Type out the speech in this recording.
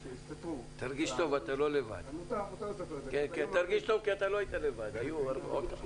תרגיש טוב, כי אתה לא היית לבד, היו עוד.